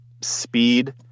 speed